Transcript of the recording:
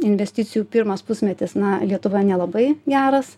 investicijų pirmas pusmetis na lietuvoje nelabai geras